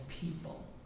people